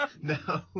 No